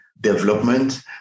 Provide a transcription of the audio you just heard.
development